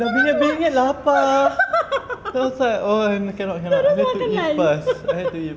dah bingit-bingit lapar then I was like oh cannot cannot I need to eat fast I need to